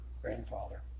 grandfather